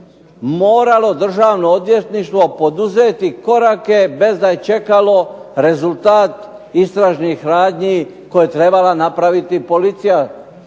moralo Državno odvjetništvo poduzeti korake bez da je čekalo rezultat istražnih radnji koje je trebala napraviti Policijska